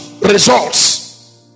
results